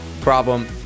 problem